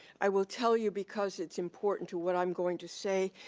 i will tell you because it's important to what i'm going to say,